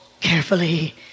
carefully